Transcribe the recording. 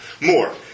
More